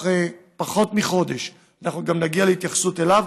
פחות מחודש אנחנו נגיע להתייחסות גם אליו,